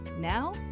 Now